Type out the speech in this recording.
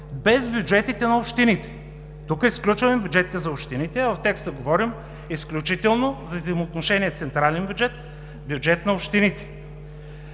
без бюджетите на общините“. Тук изключваме бюджетите за общините, а в текста говорим изключително за взаимоотношение „централен бюджет – бюджет на общините“.